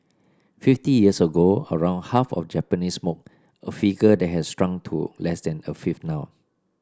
fifty years ago around half of Japanese smoked a figure that has shrunk to less than a fifth now